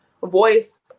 voice